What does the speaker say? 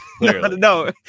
no